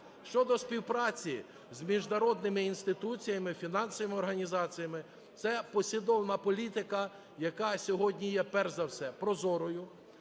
Щодо співпраці з міжнародними інституціями, фінансовими організаціями, це послідовна політика, яка сьогодні є перш за все прозорою.